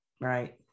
Right